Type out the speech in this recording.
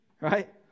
Right